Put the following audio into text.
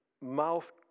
mouth